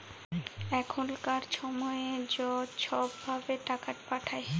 এখলকার ছময়ে য ছব ভাবে টাকাট পাঠায়